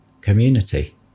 community